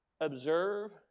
Observe